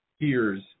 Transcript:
peers